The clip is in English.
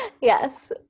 yes